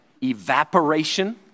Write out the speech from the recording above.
evaporation